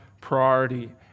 priority